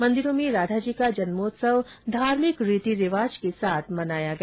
मंदिरों में राधाजी का जन्मोत्सव धार्मिक रीतिरिवाज के साथ मनाया गया